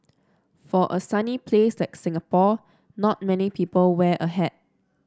for a sunny place like Singapore not many people wear a hat